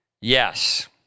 Yes